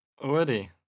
already